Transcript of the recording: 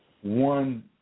one